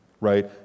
right